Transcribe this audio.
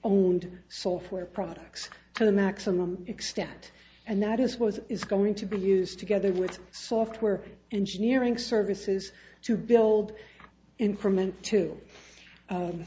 owned software products to the maximum extent and that is was is going to be used together with software engineering services to build increment to